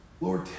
Lord